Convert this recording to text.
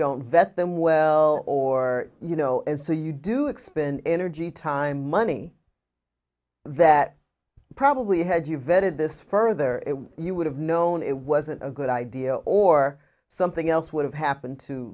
don't vet them well or you know and so you do expend energy time money that probably had you vetted this further you would have known it wasn't a good idea or something else would have happened to